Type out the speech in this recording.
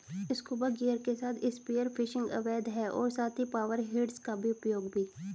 scuba gear के साथ spear fishing अवैध है और साथ ही पावर हेड्स का उपयोग भी